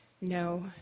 No